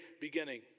beginning